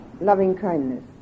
loving-kindness